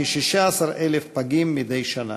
כ-16,000 פגים מדי שנה.